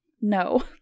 No